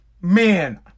Man